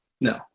No